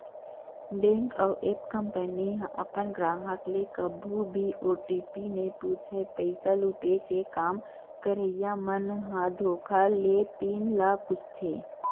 bank अउ app company ह अपन गराहक ले कभू भी ओ.टी.पी नइ पूछय, पइसा लुटे के काम करइया मन ह धोखा ले पिन ल पूछथे